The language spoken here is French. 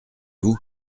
vous